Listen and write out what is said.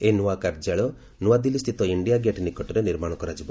ଏହି ନୂଆ କାର୍ଯ୍ୟାଳୟ ନୂଆଦିଲ୍ଲୀ ସ୍ଥିତ ଇଣ୍ଡିଆ ଗେଟ୍ ନିକଟରେ ନିର୍ମାଣ କରାଯିବ